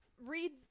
read